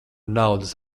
naudas